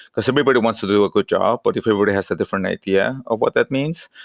because everybody wants to do a good job, but if everybody has a different idea of what that means,